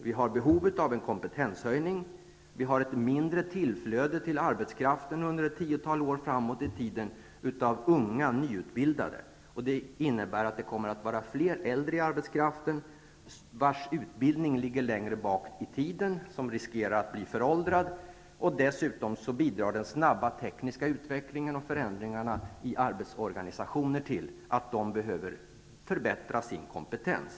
Vi har behov av en kompetenshöjning, eftersom det blir ett mindre tillflöde av unga nyutbildade till arbetskraften under ett tiotal år framåt i tiden. Det innebär att det kommer att vara fler äldre i arbetskraften vilkas utbildning ligger längre tillbaka i tiden och riskerar att bli föråldrad. Dessutom bidrar den snabba tekniska utvecklingen och förändringarna i arbetsorganisationen till att vuxna behöver förbättra sin kompetens.